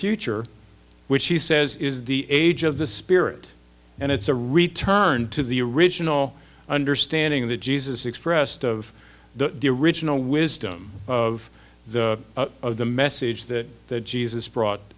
future which he says is the age of the spirit and it's a return to the original understanding that jesus expressed of the original wisdom of the of the message that jesus brought